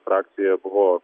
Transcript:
frakcijoje buvo